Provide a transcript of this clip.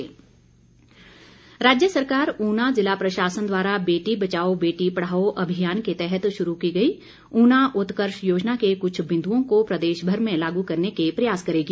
सैजल राज्य सरकार ऊना जिला प्रशासन द्वारा बेटी बचाओ बेटी पढ़ाओ अभियान के तहत शुरू की गई ऊना उत्कर्ष योजना के कुछ बिन्दुओं को प्रदेशभर में लागू करने के प्रयास करेगी